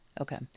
Okay